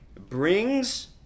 Brings